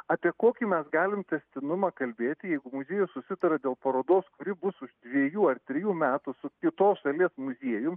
apie kokį mes galim tęstinumą kalbėti jeigu muziejus susitaris dėl parodos kuri bus už dviejų ar trijų metų su kitos šalies muziejum